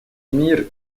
мир